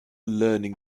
learning